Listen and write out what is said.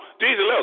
Jesus